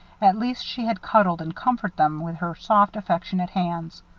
at least she had cuddled and comforted them with her soft, affectionate hands.